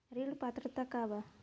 ऋण पात्रता का बा?